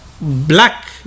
Black